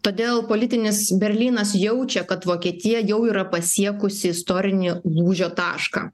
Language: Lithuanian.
todėl politinis berlynas jaučia kad vokietija jau yra pasiekusi istorinį lūžio tašką